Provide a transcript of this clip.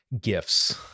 gifts